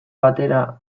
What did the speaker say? batera